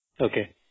Okay